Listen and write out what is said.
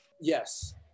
Yes